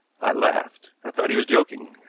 i laughed i thought he was joking.